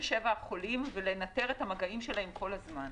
החולים ולנטר את המגעים שלהם כל הזמן.